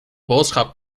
boodschap